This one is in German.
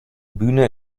bühne